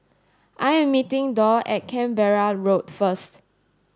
I am meeting Dorr at Canberra Road first